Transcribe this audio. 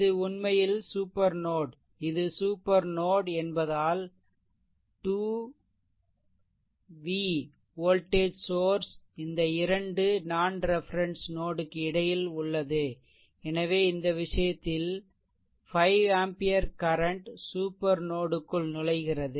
இது உண்மையில் super node இது சூப்பர் நோட் என்பதால் 2 V வோல்டேஜ் சோர்ஷ் இந்த இரண்டு நான்ரெஃபெரென்ஸ் நோட் க்கு இடையில் உள்ளது எனவே இந்த விஷயத்தில் 5 ஆம்பியர் கரண்ட் சூப்பர் நோட் க்குள் நுழைகிறது